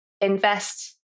invest